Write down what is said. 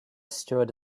stood